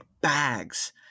bags